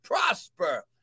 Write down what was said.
prosper